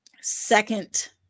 second